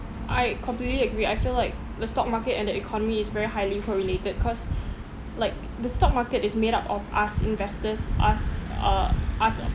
I completely agree I feel like the stock market and the economy is very highly correlated cause like the stock market is made up of us investors us uh us